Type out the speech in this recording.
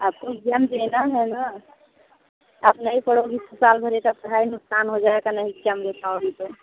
आपको इग्ज़ैम देना है ना आप नहीं पढ़ोगी तो साल भर की पढ़ाई नुक़सान हो जाएगा नहीं इग्ज़ाम दे पाओगी तो